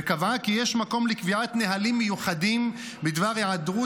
וקבעה כי יש מקום לקביעת נהלים מיוחדים בדבר היעדרות,